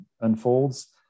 unfolds